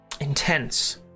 intense